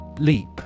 LEAP